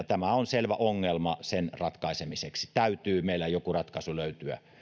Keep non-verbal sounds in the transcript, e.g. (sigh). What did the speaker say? (unintelligible) tämä on selvä ongelma sen ratkaisemiseksi täytyy meiltä joku ratkaisu löytyä